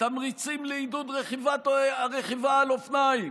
"תמריצים לעידוד רכיבה על אופניים"